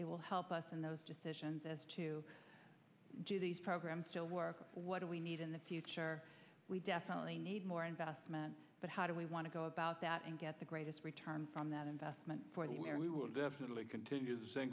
it will help us in those decisions as to do these programs still work what do we need in the sure we definitely need more investment but how do we want to go about that and get the greatest return on that investment point where we will definitely continue